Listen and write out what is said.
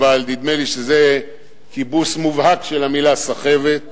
אבל נדמה לי שזה כיבוס מובהק של המלה "סחבת";